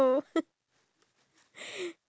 oh gosh